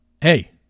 hey